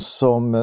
som